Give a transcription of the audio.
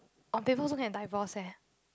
oh people also can divorce eh